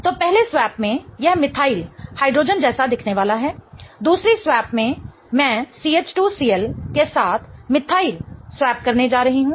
तो पहले स्वैप में यह मिथाइल हाइड्रोजन जैसा दिखने वाला है दूसरी स्वैप में मैं CH2Cl के साथ मिथाइल स्वैप करने जा रही हूं